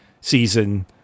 season